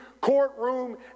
courtroom